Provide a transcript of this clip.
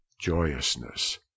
joyousness